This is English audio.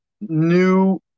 new